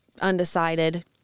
undecided